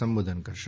સંબોધન કરશે